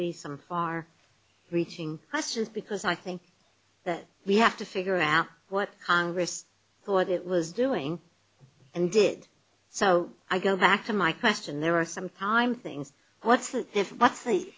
be some far reaching questions because i think that we have to figure out what congress thought it was doing and did so i go back to my question there are some power i'm things what's that